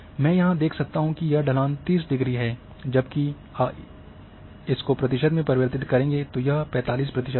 मैं यहाँ देख सकता हूँ की यहाँ ढलान 30० है जबकि इसको प्रतिशत में परिवर्तित करेंगे तो यह 45 प्रतिशत होगा